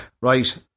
Right